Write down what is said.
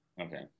Okay